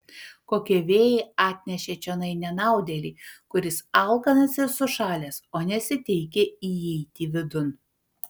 kokie vėjai atnešė čionai nenaudėlį kuris alkanas ir sušalęs o nesiteikia įeiti vidun